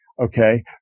okay